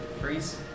Freeze